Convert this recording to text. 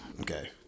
Okay